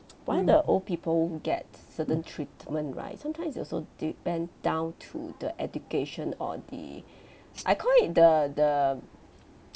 why the old people get certain treatment right sometimes it also depend down to the education or the I call it the the